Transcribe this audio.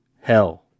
hell